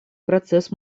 процесс